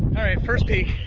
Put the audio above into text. alright first peak,